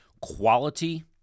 quality